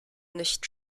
nicht